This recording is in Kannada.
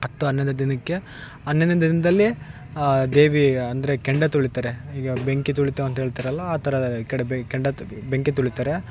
ಹತ್ತು ಹನ್ನೊಂದನೆ ದಿನಕ್ಕೆ ಹನ್ನೊಂದನೆ ದಿನದಲ್ಲಿ ದೇವಿ ಅಂದರೆ ಕೆಂಡ ತುಳಿತಾರೆ ಈಗ ಬೆಂಕಿ ತುಳಿತಾವಂಥ ಹೇಳ್ತಾರಲ್ಲ ಆ ಥರ ಈ ಕಡೆ ಬೆ ಕೆಂಡದ್ ಬೆಂಕಿ ತುಳಿತಾರೆ